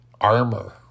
armor